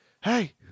Hey